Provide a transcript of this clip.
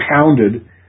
pounded